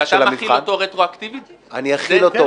כשאתה מחיל אותו רטרואקטיבית -- אני אחיל אותו.